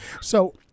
So-